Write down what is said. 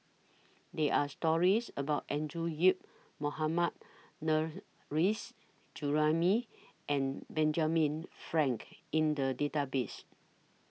There Are stories about Andrew Yip Mohammad Nurrasyid Juraimi and Benjamin Frank in The Database